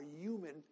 human